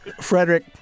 Frederick